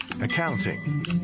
accounting